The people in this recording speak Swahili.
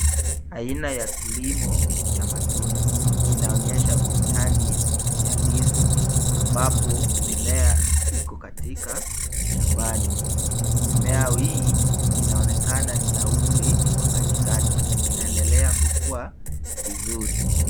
Aina ya kilimo cha matunda .Inaonyesha bustani ya ndizi ambapo mimea iko katika shambani. Mimea hii inaonekana ni ya umri wa katikati. inaendelea kukua vizuri.